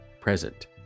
present